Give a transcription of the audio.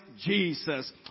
Jesus